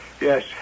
Yes